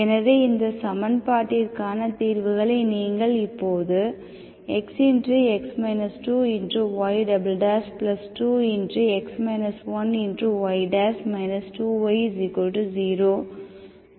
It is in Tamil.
எனவே இந்த சமன்பாட்டிற்கான தீர்வுகளை நீங்கள் இப்போது xy2y 2y0 ஆகக்காணலாம்